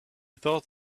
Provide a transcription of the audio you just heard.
thought